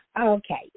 Okay